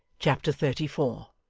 chapter thirty four